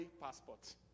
Passport